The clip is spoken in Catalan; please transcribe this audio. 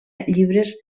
llibres